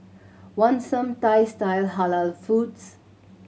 want some Thai style Halal foods